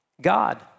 God